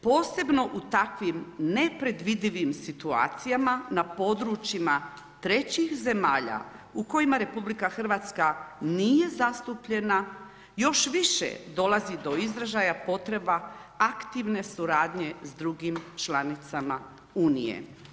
Posebno u takvim nepredvidivim situacijama na po područjima trećih zemalja u kojima RH nije zastupljena još više dolazi do izražaja potreba aktivne suradnje sa drugim članicama Unije.